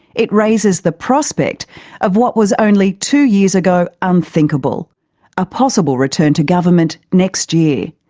it raises the prospect of what was only two years ago unthinkable a possible return to government next year.